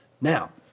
Now